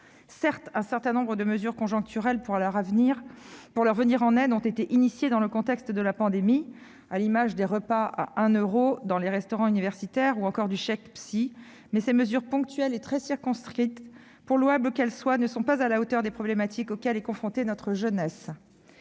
Certes, des mesures conjoncturelles pour leur venir en aide ont été lancées dans le contexte de la pandémie, à l'image des repas à 1 euro dans les restaurants universitaires, ou encore du « chèque psy », mais ces mesures ponctuelles et très circonscrites, pour louables qu'elles soient, ne sont pas à la hauteur des problématiques auxquelles est confrontée notre jeunesse.